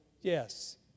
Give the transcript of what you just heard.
yes